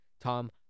Tom